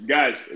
Guys